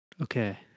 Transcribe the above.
Okay